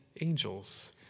angels